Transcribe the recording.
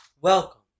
welcome